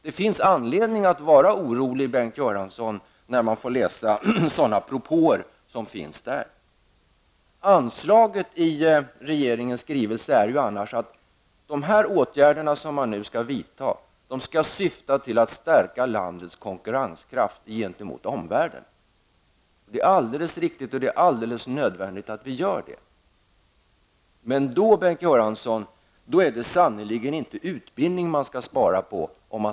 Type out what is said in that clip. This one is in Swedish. Det finns, Bengt Göransson, anledning att vara orolig när man får läsa sådana propåer i skrivelsen. Anslaget i regeringens skrivelse är ju annars att de åtgärder som nu skall vidtas skall syfta till att stärka landets konkurrenskraft gentemot omvärlden. Det är alldeles riktigt och nödvändigt att detta sker. Men då är det, Bengt Göransson, sannerligen inte utbildning som man skall spara på.